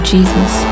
Jesus